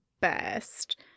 best